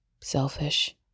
selfish